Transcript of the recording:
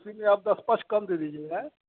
देखिये आप दस पाँच कम दे दीजियेगा